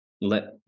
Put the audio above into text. Let